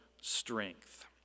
strength